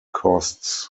costs